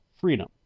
freedom